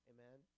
Amen